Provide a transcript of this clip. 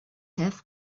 have